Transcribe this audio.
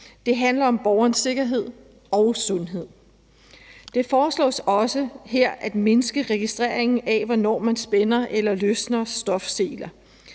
Det handler om borgeres sikkerhed og sundhed. Det foreslås også her at mindske registreringen af, hvornår man spænder eller løsner stofseler.